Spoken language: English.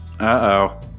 Uh-oh